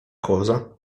cosa